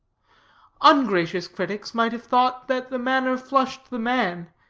ungracious critics might have thought that the manner flushed the man,